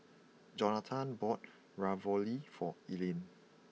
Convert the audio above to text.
Jonatan bought Ravioli for Elaina